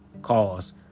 cause